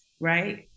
right